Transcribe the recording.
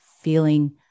feeling